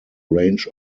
range